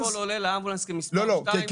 קודם כל עולה לאמבולנס כמספר 2. לא, לא, כעובד?